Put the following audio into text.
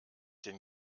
den